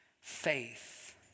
faith